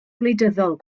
gwleidyddol